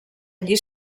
allí